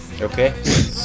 Okay